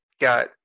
got